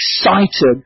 excited